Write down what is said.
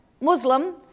Muslim